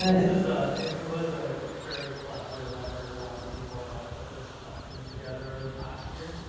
ah it was ah it was a very collaborative effort, and a lot of people helped put this document together over the past year.